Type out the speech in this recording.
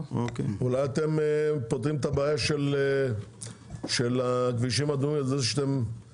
אולי אתם פותרים את הבעיה של הכבישים האדומים בזה שאנשים